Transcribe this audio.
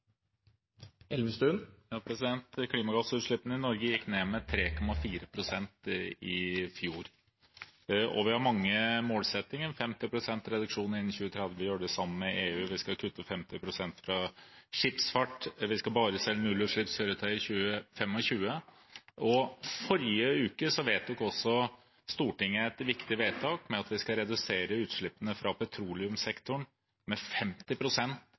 Klimagassutslippene i Norge gikk ned med 3,4 pst. i fjor. Og vi har mange målsettinger – 50 pst. reduksjon innen 2030 gjør vi sammen med EU, vi skal kutte 50 pst. fra skipsfart, vi skal bare selge nullutslippskjøretøy i 2025. I forrige uke fattet også Stortinget et viktig vedtak med at vi skal redusere utslippene fra petroleumssektoren med